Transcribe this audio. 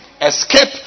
Escape